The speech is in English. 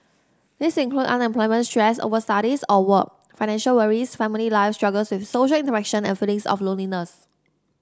these include unemployment stress over studies or work financial worries family life struggles with social interaction and feelings of loneliness